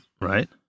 right